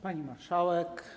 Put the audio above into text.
Pani Marszałek!